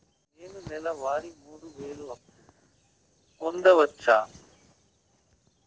నేను నెల వారి మూడు వేలు అప్పు పొందవచ్చా?